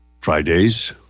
Fridays